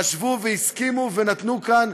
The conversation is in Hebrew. חשבו והסכימו ונתנו כאן,